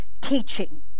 teaching